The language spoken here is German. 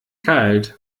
kalt